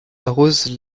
arrose